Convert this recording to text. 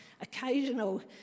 occasional